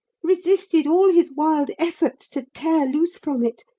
resisted all his wild efforts to tear loose from it,